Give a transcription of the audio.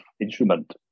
instrument